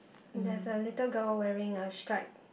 there's a little girl wearing a stripe